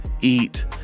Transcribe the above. Eat